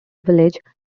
villages